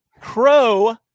Crow